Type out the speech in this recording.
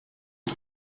you